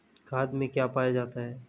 खाद में क्या पाया जाता है?